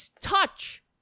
touch